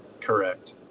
Correct